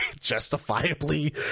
Justifiably